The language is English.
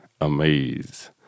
Amaze